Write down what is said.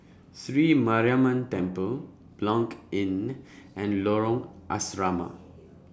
Sri Mariamman Temple Blanc Inn and Lorong Asrama